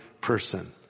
person